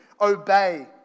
obey